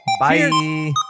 Bye